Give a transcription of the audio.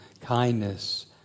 kindness